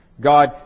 God